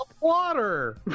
water